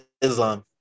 Islam